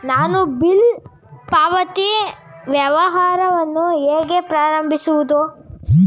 ನಾನು ಬಿಲ್ ಪಾವತಿ ವ್ಯವಹಾರವನ್ನು ಹೇಗೆ ಪ್ರಾರಂಭಿಸುವುದು?